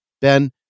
Ben